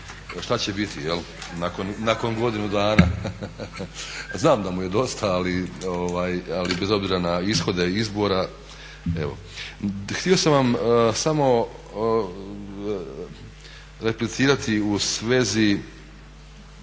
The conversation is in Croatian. šta će biti nakon godinu dana. Znam da mu je dosta ali bez obzira na ishode izbora. Htio sam vam samo replicirati u svezi